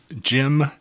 Jim